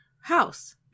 House